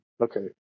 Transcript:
Okay